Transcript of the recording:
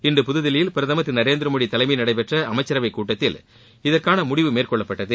இன்று புதுதில்லியில் பிரதமர் திரு நரேந்திரமோடி தலைமையில் நடைபெற்ற அமைச்சரவைக் கூட்டத்தில் இதற்கான முடிவு மேற்கொள்ளப்பட்டது